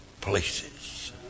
places